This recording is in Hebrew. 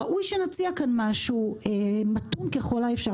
ראוי שנציע כאן משהו מתון ככל האפשר,